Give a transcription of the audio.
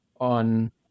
on